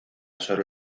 sobre